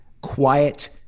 quiet